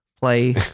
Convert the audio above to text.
play